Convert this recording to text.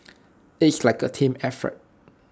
it's like A team effort